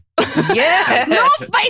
Yes